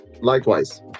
Likewise